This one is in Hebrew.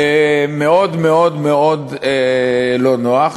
מאוד מאוד מאוד לא בנוח.